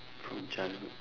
from childhood